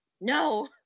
no